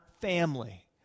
family